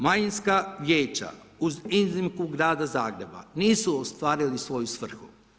Manjinska vijeća uz iznimku grada Zagreba, nisu ostvarila svoju svrhu.